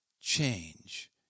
change